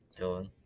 Dylan